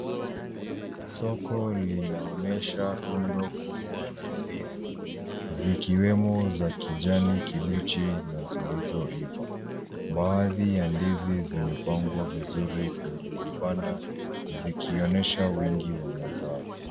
Soko linaonyesha rundo kubwa la ndizi zikiwemo za kijani kibichi na zilizoiva. Baadhi ya ndizi zimepangwa vizuri kwenye vibanda zikionyesha wingi wa mazao.